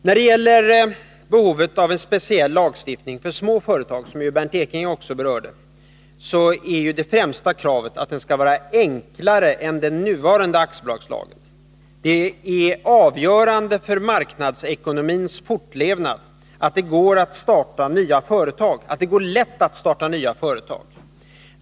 När det gäller behovet av en speciell lagstiftning för små företag, som Bernt Ekinge också berörde, är det främsta kravet att den skall vara enklare än den nuvarande aktiebolagslagen. Det är avgörande för marknadsekonomins fortlevnad att det går lätt att starta nya företag.